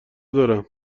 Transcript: دارم